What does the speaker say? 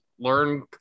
learn